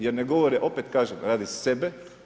Jer ne govore, opet kažem radi sebe.